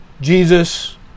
Jesus